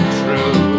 true